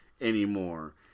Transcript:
anymore